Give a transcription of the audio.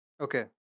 Okay